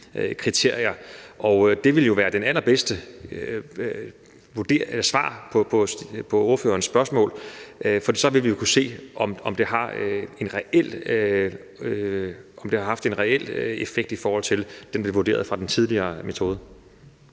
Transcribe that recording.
kriterier. Og det vil jo være det allerbedste svar på ordførerens spørgsmål, for så vil vi jo kunne se, om det har haft en reel effekt, i forhold til hvordan det blev vurderet med den tidligere metode.